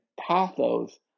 pathos